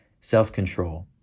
self-control